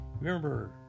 Remember